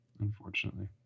unfortunately